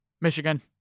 Michigan